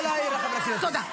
לא להעיר לחברי כנסת.